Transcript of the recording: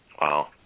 Wow